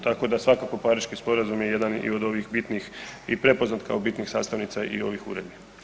Tako da svakako Pariški sporazum je jedan i od ovih bitnih i prepoznat kao bitna sastavnica i ovih uredbi.